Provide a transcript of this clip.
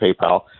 paypal